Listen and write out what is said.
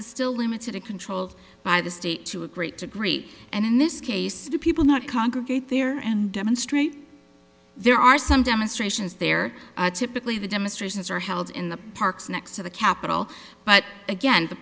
is still limited and controlled by the state to a great degree and in this case do people not congregate there and demonstrate there are some demonstrations there typically the demonstrations are held in the parks next to the capitol but again the